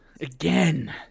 Again